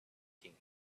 king